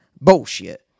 Bullshit